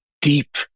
deep